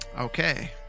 Okay